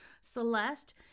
Celeste